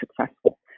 successful